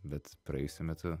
bet praėjusiu metu